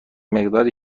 مقداری